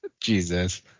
Jesus